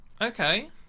Okay